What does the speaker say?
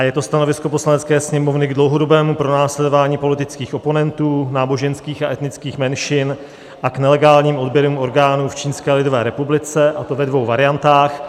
Je to Stanovisko Poslanecké sněmovny k dlouhodobému pronásledování politických oponentů, náboženských a etnických menšin a k nelegálním odběrům orgánů v Čínské lidové republice, a to ve dvou variantách.